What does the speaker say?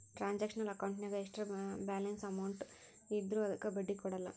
transactional ಅಕೌಂಟಿನ್ಯಾಗ ಎಷ್ಟರ balance amount ಇದ್ರೂ ಅದಕ್ಕ ಬಡ್ಡಿ ಕೊಡಲ್ಲ